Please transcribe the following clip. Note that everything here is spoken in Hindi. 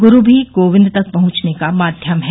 गुरू भी गोविन्द तक पहुंचने का माध्यम है